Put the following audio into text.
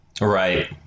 Right